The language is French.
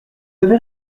avez